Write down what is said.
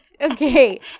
okay